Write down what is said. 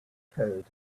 code